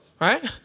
Right